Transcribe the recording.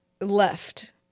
Left